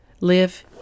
live